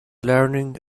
learning